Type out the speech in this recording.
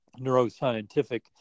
neuroscientific